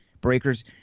breakers